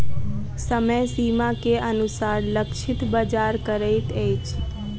समय सीमा के अनुसार लक्षित बाजार करैत अछि